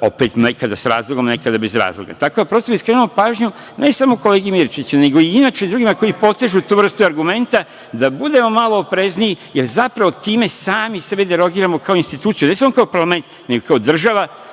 opet, nekada sa razlogom a nekada bez razloga. Prosto bih skrenuo pažnju, ne samo kolegi Mirčiću, nego i inače drugima koji potežu tu vrstu argumenta, da budemo malo oprezniji, jer zapravo time sami sebe derogiramo kao institucija, ne samo kao parlament, nego kao država,